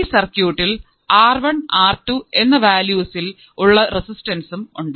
ഈ സർക്യൂട്ടിൽ R1 R2 എന്ന വാല്യൂസ് ഉള്ള റെസിസ്റ്റർസ് ഉണ്ട്